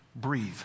breathe